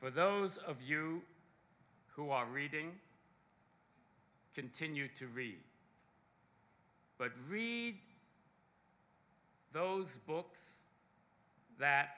for those of you who are reading continue to read but read those books that